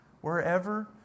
wherever